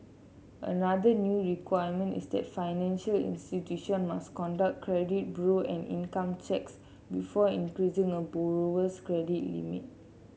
another new requirement is that financial institution must conduct credit bureau and income checks before increasing a borrower's credit limit